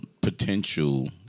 potential